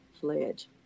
fledge